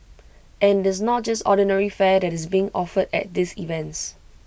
and IT is not just ordinary fare that is being offered at these events